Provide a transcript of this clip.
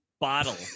bottle